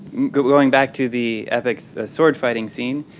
going back to the epic sword fighting scene,